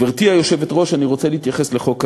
גברתי היושבת-ראש, אני רוצה להתייחס לחוק המשילות.